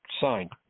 signed